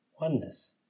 oneness